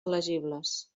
elegibles